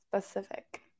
Specific